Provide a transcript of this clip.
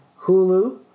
Hulu